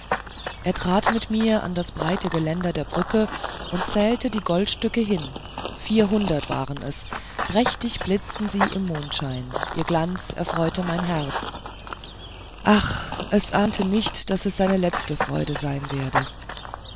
er trat mit mir an das breite geländer der brücke und zählte die goldstücke hin vierhundert waren es prächtig blitzten sie im mondschein ihr glanz erfreute mein herz ach es ahnete nicht daß es seine letzte freude sein werde